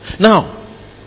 Now